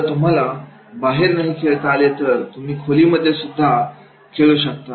जर तुम्हाला बाहेर नाही खेळता आले तर तुम्हीं खोलीमध्ये सुद्धा खेळू शकता